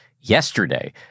yesterday